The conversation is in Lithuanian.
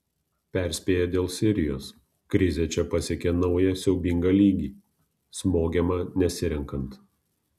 perspėja dėl sirijos krizė čia pasiekė naują siaubingą lygį smogiama nesirenkant